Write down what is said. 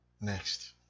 next